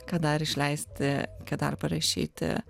ką dar išleisti ką dar parašyti